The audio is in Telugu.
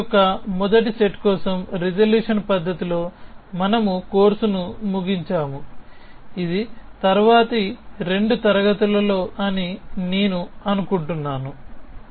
లాజిక్ యొక్క మొదటి సెట్ కోసం రిజల్యూషన్ పద్దతితో మనము కోర్సును ముగించాము ఇది తరువాతి రెండు తరగతులలో అని నేను అనుకుంటున్నాను